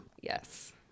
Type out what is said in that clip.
Yes